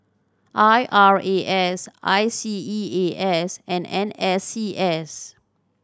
I R A S I C E A S and N S C S